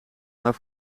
maar